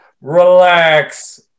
Relax